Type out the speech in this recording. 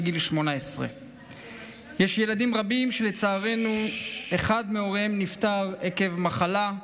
גיל 18. יש ילדים רבים שלצערנו אחד מהוריהם נפטר עקב מחלה,